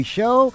Show